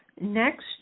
Next